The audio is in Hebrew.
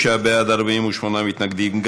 36 בעד, 48 מתנגדים.